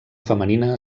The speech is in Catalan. femenina